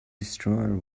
destroyer